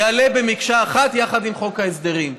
יעלה במקשה אחת יחד עם חוק ההסדרים.